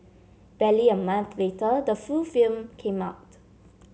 barely a month later the full film came out